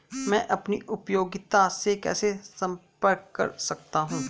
मैं अपनी उपयोगिता से कैसे संपर्क कर सकता हूँ?